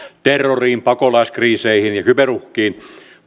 terroriin pakolaiskriiseihin ja kyberuhkiin